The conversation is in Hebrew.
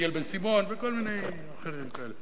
ודניאל בן-סימון וכל מיני אחרים כאלה.